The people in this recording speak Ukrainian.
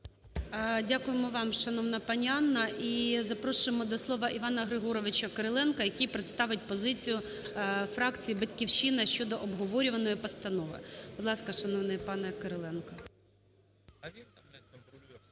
Дякуємо вам, шановна пані Анна. І запрошуємо до слова Івана Григоровича Кириленка, який представить позицію фракції "Батьківщина" щодо обговорюваної постанови. Будь ласка, шановний пане Кириленко.